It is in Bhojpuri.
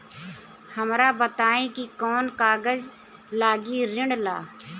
हमरा बताई कि कौन कागज लागी ऋण ला?